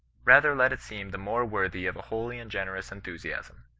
rather let it seem the more worthy of a holy and generous enthusiasm.